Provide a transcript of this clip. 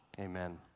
amen